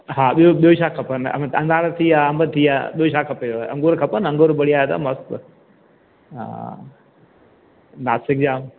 हा ॿियो ॿियो छा खपनिव अनार थी विया अंब थी विया ॿियो छा खपेव अंगूर खपनिव अंगूर बढ़िया अथव मस्तु हा नासिक जा